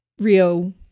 Rio